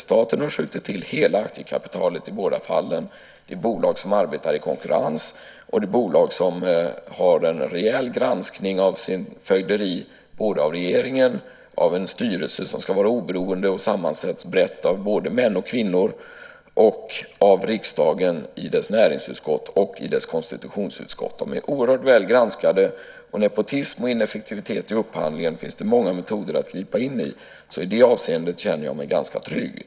Staten har skjutit till hela aktiekapitalet i båda fallen, de är bolag som arbetar i konkurrens och de är bolag som har en rejäl granskning av sitt fögderi - av regeringen, av en styrelse som ska vara oberoende och brett sammansatt av både män och kvinnor samt av riksdagens näringsutskott och konstitutionsutskott. De är oerhört väl granskade. Nepotism och ineffektivitet i upphandlingen finns det också många metoder att gripa in mot, så i det avseendet känner jag mig ganska trygg.